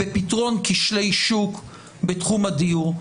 בפתרון כשלי שוק בתחום הדיור.